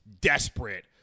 desperate